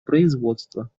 производства